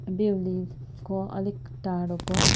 बेहुलीको अलिक टाढोको